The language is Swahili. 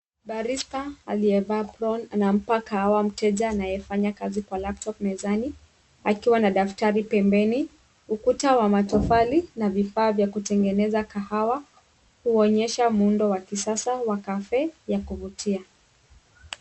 Barista aliyevaa Crown anampa kahawa mteja anayefanya kazi kwa laptop mezani akiwa na daftari pembeni ukuta wa matofali na vifaa vya kutengeneza kahawa huonyesha muundo wa kisasa wa Cafe wa kuvutia.